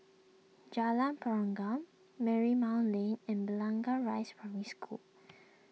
Jalan Pergam Marymount Lane and Blangah Rise Primary School